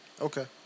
Okay